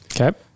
Okay